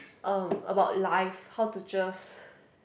um about life how to just